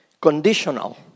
conditional